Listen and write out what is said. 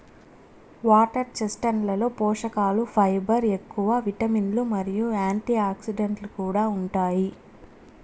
water చెస్ట్నట్లలో పోషకలు fibre ఎక్కువ, విటమిన్లు మరియు యాంటీఆక్సిడెంట్లు కూడా ఉంటాయి